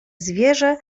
zwierzę